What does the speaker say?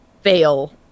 fail